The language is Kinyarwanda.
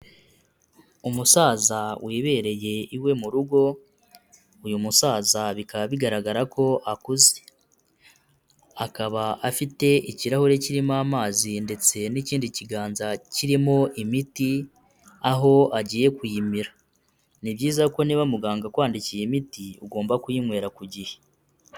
Umusaza wibereye iwe mu rugo, uyu musaza bikaba bigaragara ko akuze, akaba afite ikirahure kirimo amazi ndetse n'ikindi kiganza kirimo imiti, aho agiye kuyimira. Ni byiza ko niba muganga akwandikiye imiti, ugomba kuyinywera ku gihe.